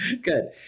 good